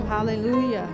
Hallelujah